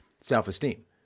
self-esteem